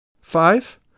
Five